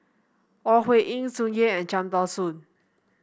Ore Huiying Tsung Yeh and Cham Tao Soon